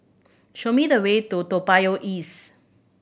show me the way to Toa Payoh East